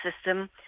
system